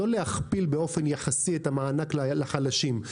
לא להכפיל באופן יחסי את המענק לחלשים,